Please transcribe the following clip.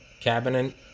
cabinet